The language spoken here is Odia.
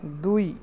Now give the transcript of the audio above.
ଦୁଇ